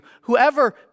Whoever